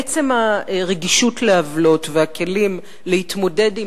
עצם הרגישות לעוולות והכלים להתמודד עם